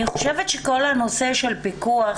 אני חושבת שכל הנושא של הפיקוח,